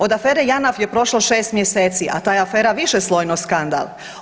Od afere JANAF je prošlo 6 mjeseci, a ta je afera višeslojno skandal.